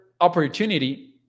Opportunity